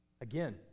Again